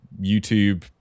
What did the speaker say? youtube